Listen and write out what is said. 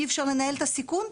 אי אפשר לנהל את הסיכון?